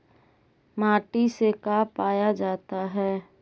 माटी से का पाया जाता है?